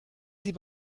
sie